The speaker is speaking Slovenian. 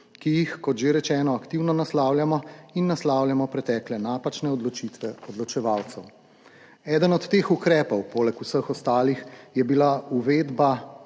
ki jih, kot že rečeno, aktivno naslavljamo in naslavljamo pretekle napačne odločitve odločevalcev. Eden od teh ukrepov, poleg vseh ostalih, je bila uvedba